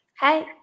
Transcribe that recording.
Hi